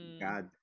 god